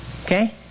Okay